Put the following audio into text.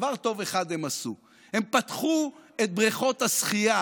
דבר אחד טוב הם עשו: הם פתחו את בריכות השחייה